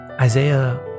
Isaiah